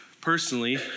personally